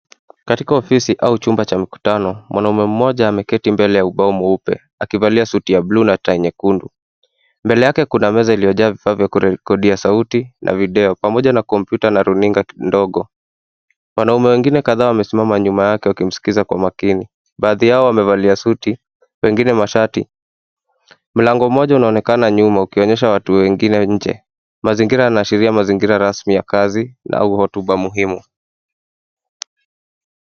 Katika ofisi au chumba cha mkutano, mwanaume mmoja ameketi mbele ya ubao mweupe akivalia suti ya blue na tai nyekundu. Mbele yake kuna meza iliyojaa vifaa vya kurekodia sauti na video pamoja na computer na runinga ndogo. Wanaume wengine kadhaa wamesimama nyuma yake wakimskiza kwa makini. Baadhi yao wamevalia suti , wengine mashati. Mlango mmoja unaonekana nyuma ukionyesha watu wengine nje. Mazingira yanaashiria mazingira ya kazi au hotuba muhimu.